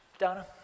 Donna